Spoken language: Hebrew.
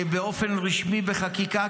באופן רשמי בחקיקה,